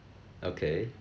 okay